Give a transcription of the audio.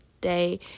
day